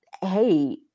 hey